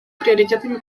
приоритетами